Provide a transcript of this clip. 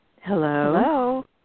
Hello